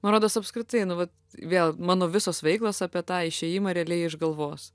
man rodos apskritai nu va vėl mano visos veiklos apie tą išėjimą realiai iš galvos